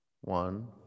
One